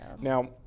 Now